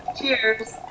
Cheers